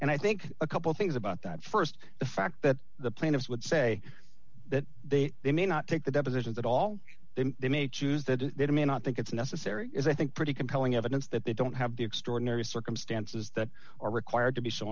and i think a couple things about that st the fact that the plaintiffs would say that they they may not take the depositions at all then they may choose that they may not think it's necessary is i think pretty compelling evidence that they don't have the extraordinary circumstances that are required to be s